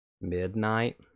Midnight